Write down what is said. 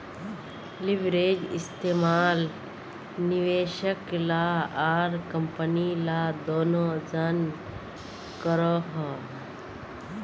leverage इस्तेमाल निवेशक ला आर कम्पनी ला दनोह जन करोहो